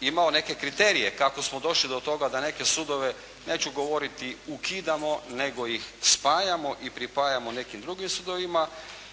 imao neke kriterije kako smo došli do toga da neke sudove neću govoriti ukidamo nego ih spajamo i pripajamo nekim drugim sudovima